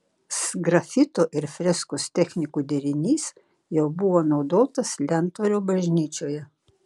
sgrafito ir freskos technikų derinys jau buvo naudotas lentvario bažnyčioje